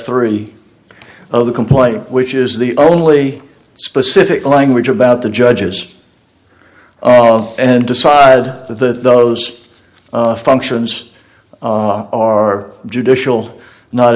three of the complaint which is the only specific language about the judges oh and decide to those functions or judicial not